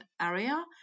area